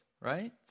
right